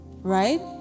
Right